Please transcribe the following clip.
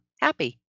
happy